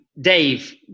Dave